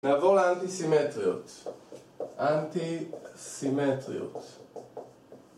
נעבור לאנטי סימטריות, אנטי סימטריות